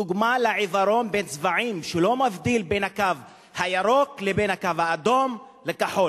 דוגמה לעיוורון הצבעים שלא מבדיל בין הקו הירוק לבין הקו האדום לכחול.